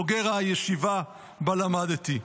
בוגר הישיבה שבה למדתי.